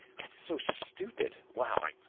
that's so stupid. wow.